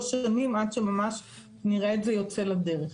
שנים עד שממש נראה את זה יוצא לדרך.